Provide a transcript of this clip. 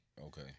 Okay